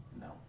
No